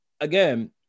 again